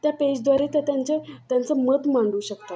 त्या पेजद्वारे त्या त्यांचे त्यांचं मत मांडू शकतात